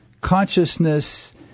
consciousness